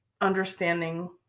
understanding